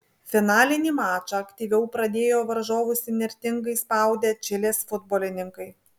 finalinį mačą aktyviau pradėjo varžovus įnirtingai spaudę čilės futbolininkai